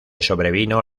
sobrevino